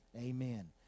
Amen